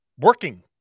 Working